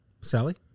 Sally